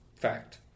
fact